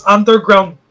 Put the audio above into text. Underground